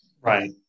Right